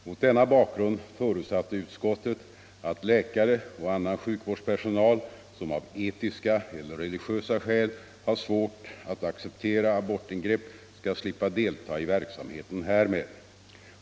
Mot denna bakgrund förutsatte utskottet att läkare och annan sjukvårdsper sonal som av etiska eller religiösa skäl har svårt att acceptera abortingrepp skall slippa delta i verksamheten härmed.